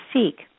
seek